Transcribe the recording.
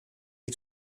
est